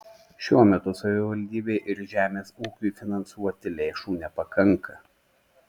šiuo metu savivaldybei ir žemės ūkiui finansuoti lėšų nepakanka